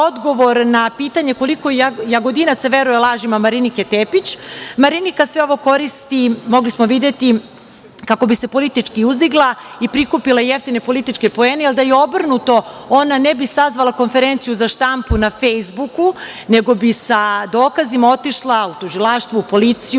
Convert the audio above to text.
na pitanje koliko Jagodinaca veruje lažima Marinike Tepić. Marinika sve ovo koristi, mogli smo videti, kako bi se politički uzdigla i prikupila jeftine političke poene, jer da je obrnuto ona ne bi sazvala konferenciju za štampu na Fejsbuku, nego bi sa dokazima otišla u tužilaštvo, u policiju,